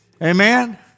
Amen